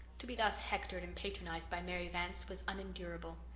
to be thus hectored and patronized by mary vance was unendurable!